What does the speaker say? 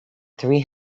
three